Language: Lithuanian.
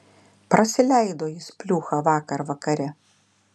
prasileido jis pliūchą vakar vakare